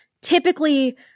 typically